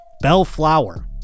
Bellflower